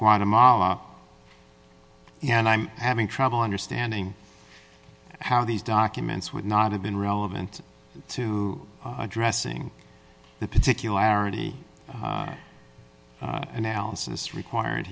guatemala and i'm having trouble understanding how these documents would not have been relevant to addressing the particularity analysis required